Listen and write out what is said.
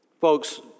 Folks